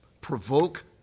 provoke